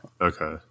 Okay